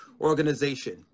organization